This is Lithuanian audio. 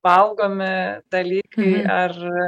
valgomi dalykai ar